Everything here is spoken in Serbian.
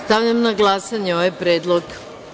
Stavljam na glasanje ovaj predlog.